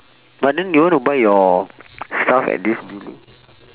but then you want to buy your stuff at this building